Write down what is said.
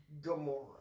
Gamora